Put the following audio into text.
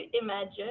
imagine